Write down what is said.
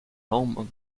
home